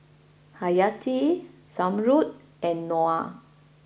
Hayati Zamrud and Noah